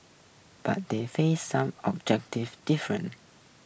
but they faced some objective different